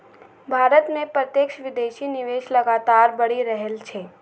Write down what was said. भारत मे प्रत्यक्ष विदेशी निवेश लगातार बढ़ि रहल छै